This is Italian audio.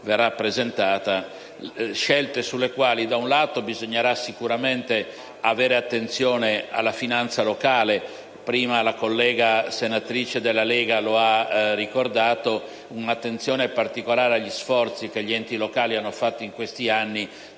verrà presentata: scelte sulle quali da un lato bisognerà sicuramente avere attenzione alla finanza locale. Prima la collega senatrice della Lega lo ha ricordato: un'attenzione particolare agli sforzi che gli enti locali hanno fatto in questi anni